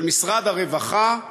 של משרד הרווחה,